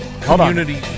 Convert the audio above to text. community